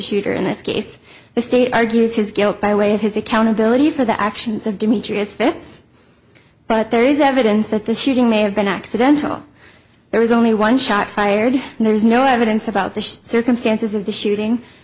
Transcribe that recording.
shooter in this case the state argues his guilt by way of his accountability for the actions of demetrius fifth's but there is evidence that the shooting may have been accidental there was only one shot fired and there's no evidence about the circumstances of the shooting